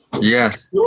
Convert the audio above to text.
Yes